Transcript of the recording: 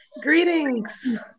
Greetings